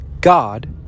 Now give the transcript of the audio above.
God